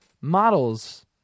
models